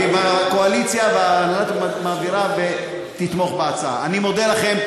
אני מודה לכם.